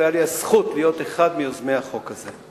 היתה לי הזכות להיות אחד מיוזמי החוק הזה,